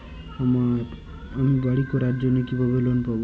আমি বাড়ি করার জন্য কিভাবে লোন পাব?